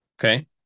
Okay